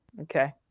Okay